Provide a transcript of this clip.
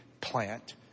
plant